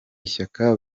ishyaka